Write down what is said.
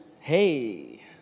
hey